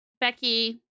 Becky